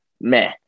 meh